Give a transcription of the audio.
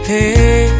Hey